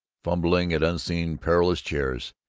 fumbling at unseen perilous chairs,